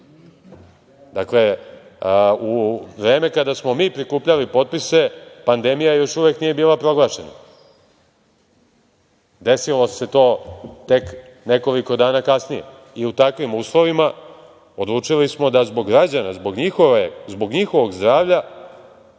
Dakle, u vreme kada smo mi prikupljali potpise, pandemija još uvek nije bila proglašena, desilo se tok nekoliko dana kasnije, i u takvim uslovima odlučili smo da zbog građana, zbog njihovog zdravlja,